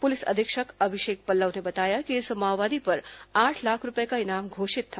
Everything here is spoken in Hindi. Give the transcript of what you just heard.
पुलिस अधीक्षक अभिषेक पल्लव ने बताया कि इस माओवादी पर आठ लाख रूपए का इनाम घोषित था